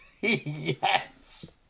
Yes